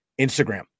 instagram